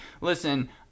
listen